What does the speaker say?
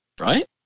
Right